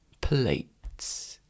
plates